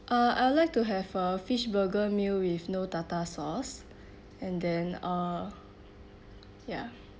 uh I would like to have a fish burger meal with no tartar sauce and then uh ya